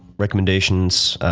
recommendations,